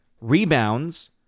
rebounds